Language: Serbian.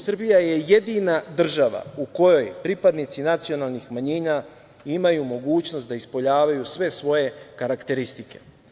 Srbija je jedina država u kojoj pripadnici nacionalnih manjina imaju mogućnost da ispoljavaju sve svoje karakteristike.